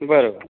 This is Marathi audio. बरं बरं